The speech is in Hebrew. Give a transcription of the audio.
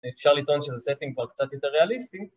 אפשר לטעון שזה setting פה קצת יותר ריאליסטי